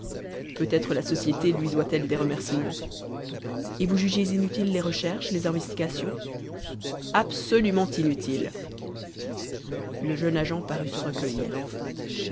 peut-être la société lui doit-elle des remercîments et vous jugez inutiles les recherches les investigations absolument inutiles le jeune agent parut se recueillir